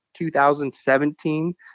2017